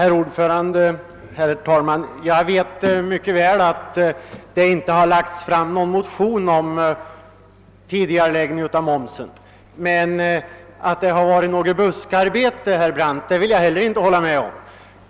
Herr talman! Jag vet mycket väl att det inte har väckts någon motion om tidigareläggning av momsen, men att det varit något arbete i buskarna vill jag inte hålla med om.